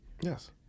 Yes